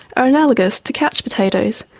are analogous to couch potatoes,